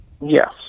Yes